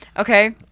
Okay